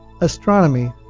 Astronomy